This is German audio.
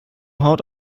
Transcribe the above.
haut